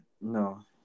no